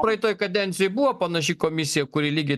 praeitoj kadencijoj buvo panaši komisija kuri lygiai